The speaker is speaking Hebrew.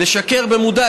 לשקר במודע,